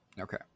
okay